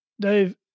Dave